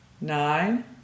nine